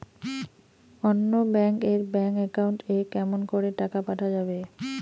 অন্য ব্যাংক এর bank account এ কেমন করে টাকা পাঠা যাবে?